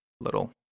little